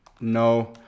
No